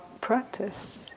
practice